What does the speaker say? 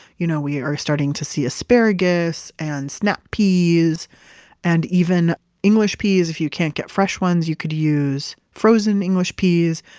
you know we are starting to see asparagus and snap peas and even english peas. if you can't get fresh ones, you could use frozen english peas.